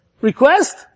request